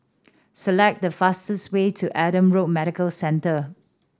select the fastest way to Adam Road Medical Centre